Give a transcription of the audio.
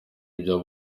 ibyo